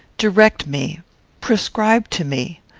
direct me prescribe to me.